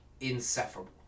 inseparable